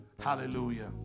Hallelujah